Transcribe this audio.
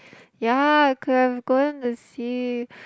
ya I could have going to see